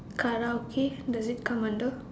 Karaoke does it come under